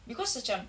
because macam